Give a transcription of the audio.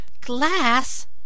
Glass